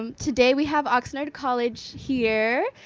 um today we have oxnard college here.